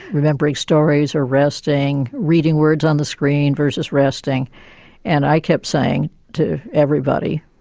remembering stories or resting, reading words on the screen versus resting and i kept saying to everybody,